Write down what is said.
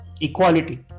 equality